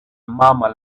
murmur